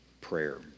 prayer